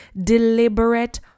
deliberate